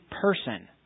person